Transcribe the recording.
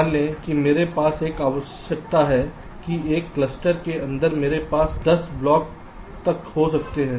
मान लें कि मेरे पास एक आवश्यकता है कि एक क्लस्टर के अंदर मेरे पास 10 ब्लॉक तक हो सकते हैं